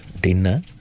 dinner